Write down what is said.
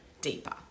deeper